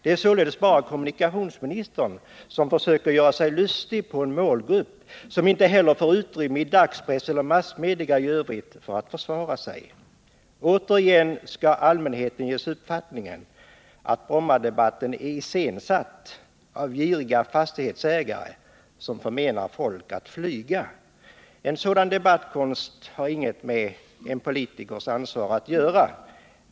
Det är således bara kommunikationsministern som försöker göra sig lustig över en målgrupp som inte heller får utrymme i dagspress eller massmedia i övrigt för att försvara sig. Återigen skall allmänheten ges uppfattningen att Brommadebatten är iscensatt av giriga fastighetsägare som förmenar folk att flyga. En sådan debattkonst har ingenting med en politikers ansvar att göra.